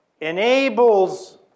enables